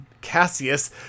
Cassius